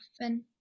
often